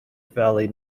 valley